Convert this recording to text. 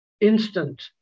instant